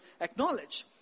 acknowledge